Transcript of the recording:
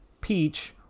Peach